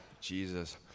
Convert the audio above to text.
Jesus